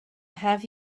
have